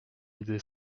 idée